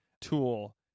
tool